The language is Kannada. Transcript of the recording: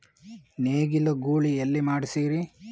ನೇಗಿಲ ಗೂಳಿ ಎಲ್ಲಿ ಮಾಡಸೀರಿ?